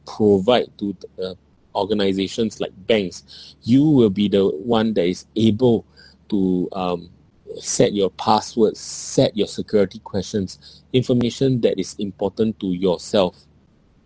provide to uh organisations like banks you will be the one that is able to um set your password set your security questions information that is important to yourself